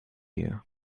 you